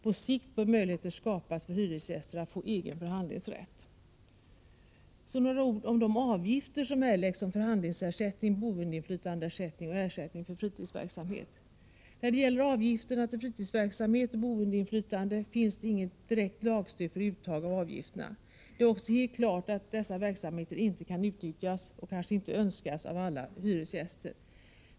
På sikt bör möjligheter skapas för hyresgäster att få egen förhandlingsrätt. Så några ord om de avgifter som erläggs som förhandlingsersättning, boendeinflytandeersättning och ersättning för fritidsverksamhet. När det gäller avgifterna till fritidsverksamhet och boendeinflytande finns det inget direkt lagstöd för uttag av dessa. Det är också helt klart att dessa verksamheter inte kan utnyttjas, och kanske inte önskas, av alla hyresgäster.